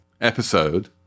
episode